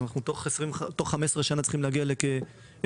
תוך 15 שנה אנחנו צריכים להגיע לכ-25%,